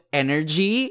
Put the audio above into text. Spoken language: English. energy